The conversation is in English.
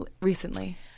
recently